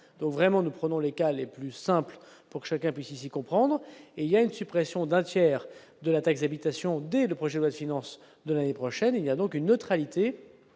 donc, vraiment, nous prenons les cas les plus simples pour chacun puisse ici comprendre et il y a une suppression d'un tiers de la taille Xavi tation dès le projet OL finance de l'année prochaine, il y a donc une neutralité